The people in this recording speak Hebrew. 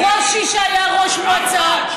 ברושי היה ראש מועצה.